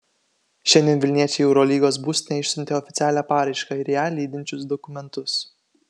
šiandien vilniečiai į eurolygos būstinę išsiuntė oficialią paraišką ir ją lydinčius dokumentus